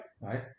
right